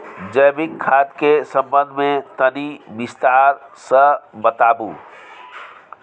जैविक खाद के संबंध मे तनि विस्तार स बताबू?